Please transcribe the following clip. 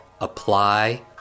apply